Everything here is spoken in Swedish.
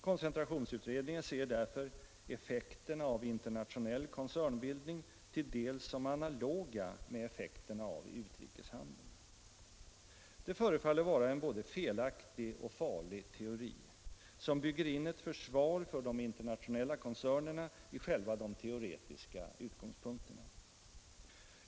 Koncentrationsutredningen ser därför ”effekterna av internationell koncernbildning till dels som analoga med effekterna av utrikeshandeln”. Det förefaller vara en både felaktig och farlig teori, som bygger in ett försvar för de internationella koncernerna i själva de teoretiska utgångspunkterna.